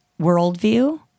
worldview